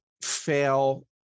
fail